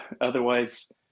Otherwise